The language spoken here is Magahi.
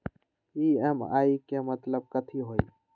ई.एम.आई के मतलब कथी होई?